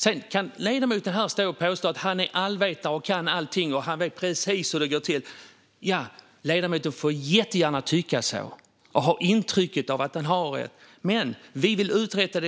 Sedan kan ledamoten stå och påstå att han är allvetare, kan allting och vet precis hur det går till. Ja, ledamoten får jättegärna tycka så och ha det intrycket. Men vi vill utreda